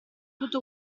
tutto